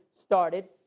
started